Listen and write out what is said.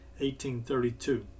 1832